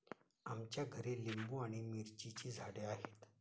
आमच्या घरी लिंबू आणि मिरचीची झाडे आहेत